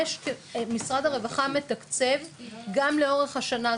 משרד הרווחה מתקצב גם לאורך השנה,